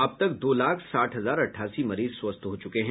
अब तक दो लाख साठ हजार अठासी मरीज स्वस्थ हो चुके हैं